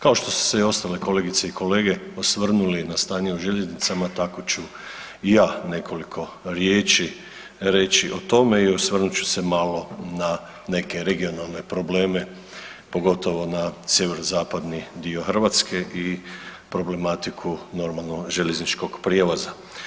Kao što su se i ostale kolegice i kolege osvrnuli na stanje u željeznicama tako ću i ja reći nekoliko riječi o tome i osvrnut ću se malo na neke regionalne probleme, pogotovo na Sjeverozapadni dio Hrvatske i problematiku normalno željezničkog prijevoza.